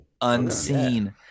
unseen